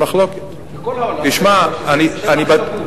זה שטח כבוש.